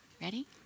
Ready